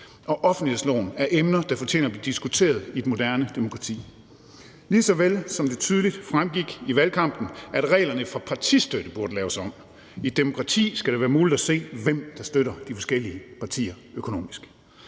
og offentlighedsloven er emner, der fortjener at blive diskuteret i et moderne demokrati, lige så vel som det tydeligt fremgik i valgkampen, at reglerne for partistøtte burde laves om. I et demokrati skal det være muligt at se, hvem der støtter de forskellige partier økonomisk.